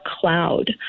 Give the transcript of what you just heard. cloud